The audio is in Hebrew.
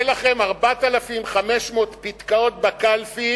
הא לכם 4,500 פתקאות בקלפי